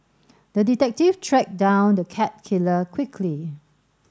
the detective tracked down the cat killer quickly